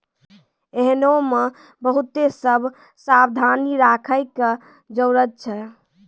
एहनो मे बहुते सभ सावधानी राखै के जरुरत छै